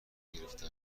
گرفته